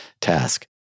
task